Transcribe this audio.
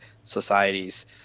societies